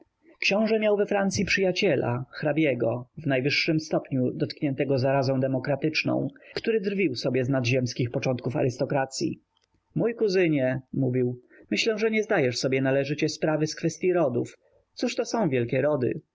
książe miał we francyi przyjaciela hrabiego w najwyższym stopniu dotkniętego zarazą demokratyczną który drwił sobie z nadzziemskich początków arystokracyi mój kuzynie mówił myślę że nie zdajesz sobie należycie sprawy z kwestyi rodów cóż to są wielkie rody